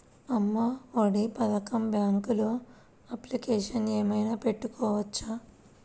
అమ్మ ఒడి పథకంకి బ్యాంకులో అప్లికేషన్ ఏమైనా పెట్టుకోవచ్చా?